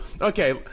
Okay